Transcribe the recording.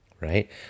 right